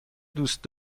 دوست